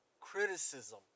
criticism